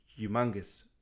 humongous